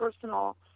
personal